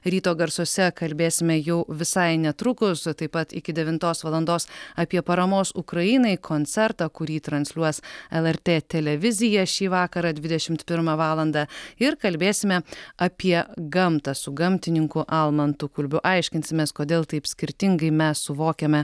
ryto garsuose kalbėsime jau visai netrukus taip pat iki devintos valandos apie paramos ukrainai koncertą kurį transliuos lrt televizija šį vakarą dvidešimt pirmą valandą ir kalbėsime apie gamtą su gamtininku almantu kulbiu aiškinsimės kodėl taip skirtingai mes suvokiame